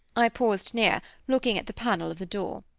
i paused near, looking at the panel of the door.